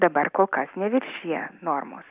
dabar kol kas neviršija normos